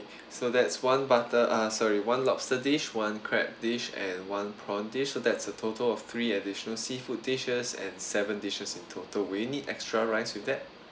so that's one butter uh sorry one lobster dish one crab dish and one prawn dish so that's a total of three additional seafood dishes and seven dishes in total will you need extra rice with that